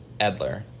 edler